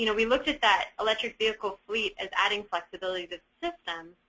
you know we looked at that electric vehicle suite as adding flexibility to system,